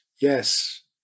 Yes